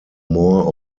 more